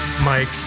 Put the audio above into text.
Mike